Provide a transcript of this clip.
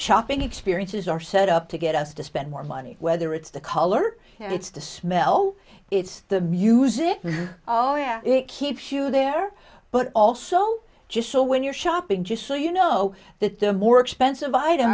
shopping experiences are set up to get us to spend more money whether it's the color it's the smell it's the music oh yeah it keeps you there but also just so when you're shopping just so you know that there are more expensive item